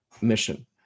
mission